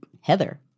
Heather